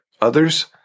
others